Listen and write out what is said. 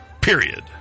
Period